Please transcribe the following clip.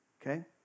Okay